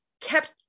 kept